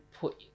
put